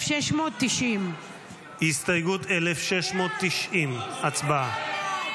1690. הסתייגות 1690, הצבעה.